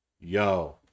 Yo